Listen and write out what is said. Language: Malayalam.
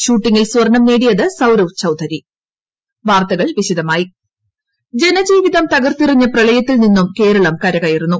ഷൂട്ടിംഗിൽ സ്വർണം നേടിയത് സൌരഭ് ചൌധരി ജനജീവിതം തകർത്തെറിഞ്ഞ പ്രളയത്തിൽ നിന്നും കേരളം കരകയറുന്നു